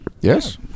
Yes